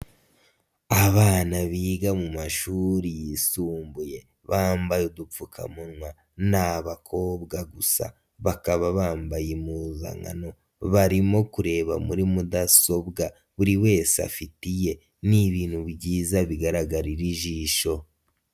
Abana biga mu mashuri yisumbuye bambaye udupfukamunwa, ni abakobwa gusa bakaba bambaye impuzankano, barimo kureba muri mudasobwa buri wese afite iye, ni ibintu byiza bigaragarira ijisho.